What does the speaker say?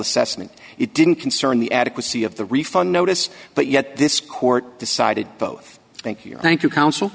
assessment it didn't concern the adequacy of the refund notice but yet this court decided both thank you thank you counsel